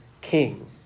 king